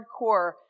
hardcore